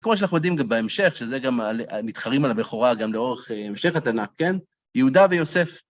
כמו שאנחנו יודעים גם בהמשך, שזה גם מתחרים על הבכורה גם לאורך המשך התנ"ך, יהודה ויוסף.